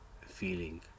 feeling